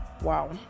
wow